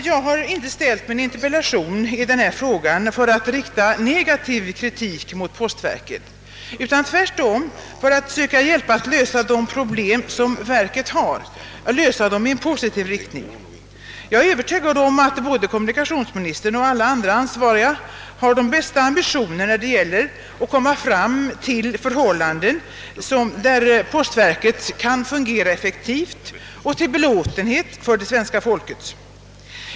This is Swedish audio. Jag har inte framställt min interpellation i denna fråga för att framföra negativ kritik mot postverket, utan tvärtom för att försöka hjälpa till att i positiv anda lösa de problem som verket har. Jag är övertygad om att både kommunikationsministern och alla andra ansvariga har de bästa ambitioner när det gäller att åstadkomma sådana förhållanden att postverket kan fungera effektivt och till belåtenhet för svenska folket.